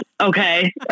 okay